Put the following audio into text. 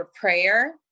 prayer